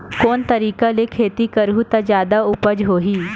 कोन तरीका ले खेती करहु त जादा उपज होही?